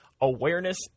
awareness